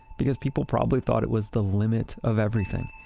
because people probably thought it was the limit of everything.